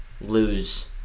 lose